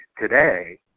today